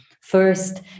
first